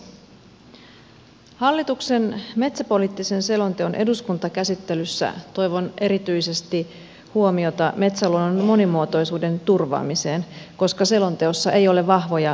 hallituksen metsäpoliittisen selonteon eduskuntakäsittelyssä toivon erityisesti huomiota metsäluonnon monimuotoisuuden turvaamiseen koska selonteossa ei ole vahvoja linjauksia tästä